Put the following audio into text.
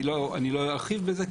אני לא ארחיב בזה.